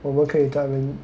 我们可以在那边